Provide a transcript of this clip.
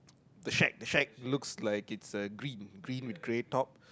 the shake the shake looks like is the green green with grey tops